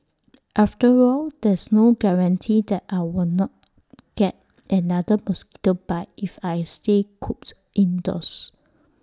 after all there's no guarantee that I will not get another mosquito bite if I stay cooped indoors